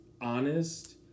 honest